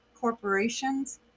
corporations